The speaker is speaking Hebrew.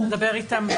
אנחנו נדבר איתם.